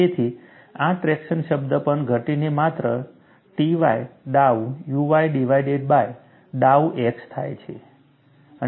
તેથી આ ટ્રેક્શન શબ્દ પણ ઘટીને માત્ર Ty ડાઉ uy ડિવાઇડેડ બાય ડાઉ x થાય છે